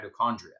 mitochondria